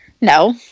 No